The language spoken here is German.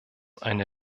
eine